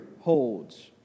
holds